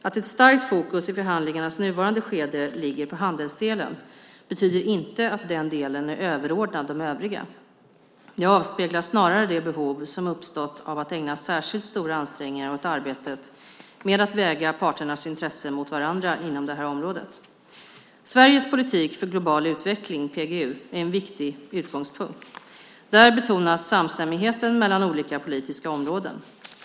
Att ett starkt fokus i förhandlingarnas nuvarande skede ligger på handelsdelen betyder inte att den delen är överordnad de övriga. Det avspeglar snarare det behov som uppstått av att man ägnat särskilt stora ansträngningar åt arbetet med att väga parternas intressen mot varandra inom det här området. Sveriges politik för global utveckling, PGU, är en viktig utgångspunkt. Där betonas samstämmigheten mellan olika politiska områden.